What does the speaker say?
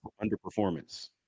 underperformance